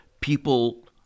people